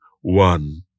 one